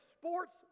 sports